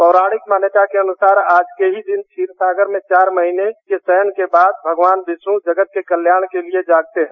पौराणिक मान्यता के अनुसार आज के ही दिन क्षीरसागर में चार महीनों के शयन के बाद भगवान विष्णु जगत के कल्याण के लिए जागते हैं